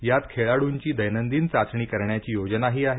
यात खेळाडूंची दैनंदिन चाचणी करण्याची योजनाही आहे